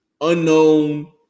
unknown